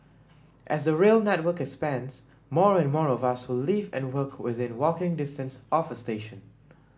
as the rail network expands more and more of us will live and work within walking distance of a station